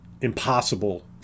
impossible